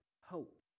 hope